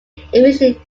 efficient